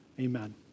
Amen